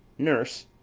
nurse,